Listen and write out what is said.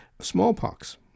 smallpox